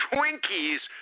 Twinkies